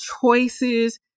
choices